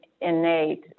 innate